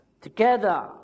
together